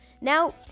Now